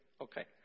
Okay